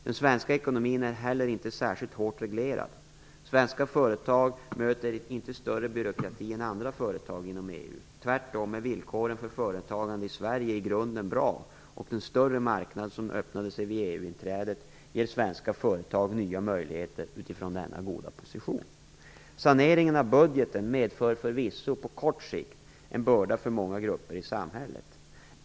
Den svenska ekonomin är heller inte särskilt hårt reglerad. Svenska företag möter inte större byråkrati än andra företag inom EU. Tvärtom är villkoren för företagande i Sverige i grunden bra, och den större marknad som öppnade sig vid EU-inträdet ger svenska företag nya möjligheter utifrån denna goda position. Saneringen av budgeten medför förvisso på kort sikt en börda för många grupper i samhället.